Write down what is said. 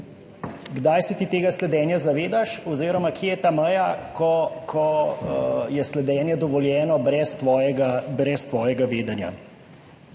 kdaj se ti tega sledenja zavedaš oziroma kje je ta meja, ko je sledenje dovoljeno brez tvojega vedenja.